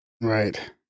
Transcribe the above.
Right